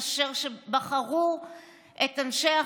אשר בחרו את אנשי החינוך,